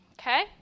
Okay